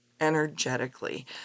energetically